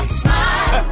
smile